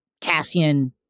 Cassian